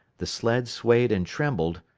the sled swayed and trembled,